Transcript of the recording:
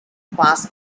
pass